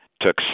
took